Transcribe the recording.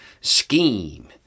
scheme